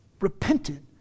repented